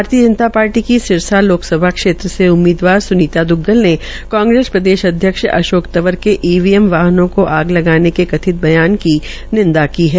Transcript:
भारतीय जनता पार्टी की सिरसा लोकसभा क्षेत्र से उम्मीदवार स्नीता द्ग्गल ने कांग्रेस प्रदेश अध्यक्ष अशोक तंवर के ईवीएम वाहनों को आग लगाने के कथित बयान की निंदा की है